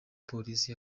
polisi